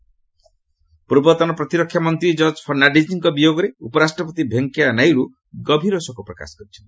VP George Fernandes ପୂର୍ବତନ ପ୍ରତିରକ୍ଷା ମନ୍ତ୍ରୀ ଜର୍ଜ ଫର୍ଣ୍ଣାଣିଜ୍ଙ୍କ ବିୟୋଗରେ ଉପରାଷ୍ଟ୍ରପତି ଭେଙ୍କୟା ନାଇଡ଼ୁ ଗଭୀର ଶୋକ ପ୍ରକାଶ କରିଛନ୍ତି